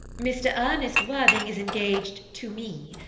mr. ernest worthing is engaged to me.